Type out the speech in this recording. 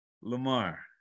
Lamar